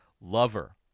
lover